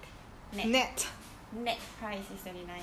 net net net price is twenty nine